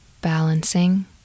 balancing